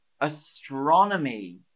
astronomy